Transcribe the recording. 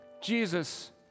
Jesus